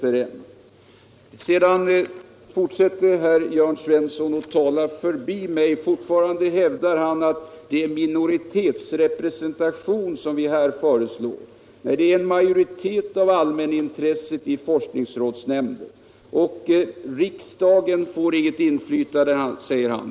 Jörn Svensson fortsätter att tala förbi mig, fortfarande hävdar han att det är en minoritetsrepresentation som vi föreslår. Nej, det är en majoritet av allmänt intresse i forskningsrådsnämnden. Riksdagen får inget in flytande, säger han.